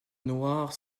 noire